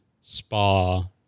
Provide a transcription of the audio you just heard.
spa